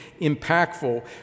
impactful